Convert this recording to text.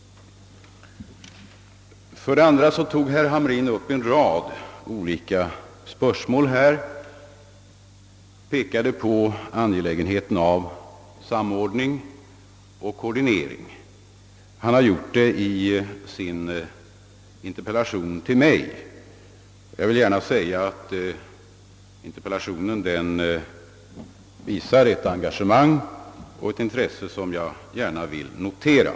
Herr Hamrin tog här upp en rad olika spörsmål. Redan i sin interpellation till mig har han gjort detta och bl.a. pekat på angelägenheten av koordinering. Denna interpellation visar över huvud taget ett engagemang och ett intresse för saken som jag gärna vill notera.